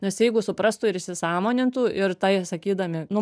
nes jeigu suprastų ir įsisąmonintų ir tai sakydami nu